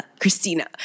Christina